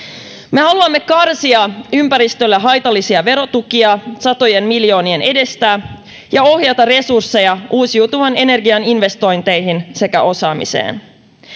me haluamme karsia ympäristölle haitallisia verotukia satojen miljoonien edestä ja ohjata resursseja uusiutuvan energian investointeihin sekä osaamiseen